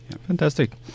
Fantastic